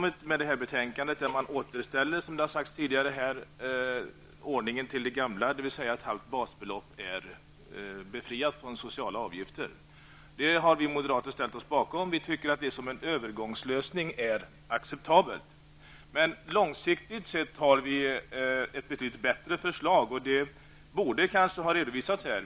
I betänkandet föreslås, som det har sagts tidigare här, att man återställer ordningen till det gamla, dvs. ett halvt basbelopp är befriat från sociala avgifter. Det har vi moderater ställt oss bakom. Vi tycker att det som en övergångslösning är acceptabelt. Men långsiktigt sätt har vi ett betydligt bättre förslag, och det borde kanske ha redovisats här.